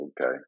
Okay